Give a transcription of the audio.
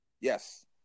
Yes